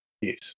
Yes